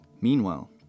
Meanwhile